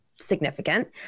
significant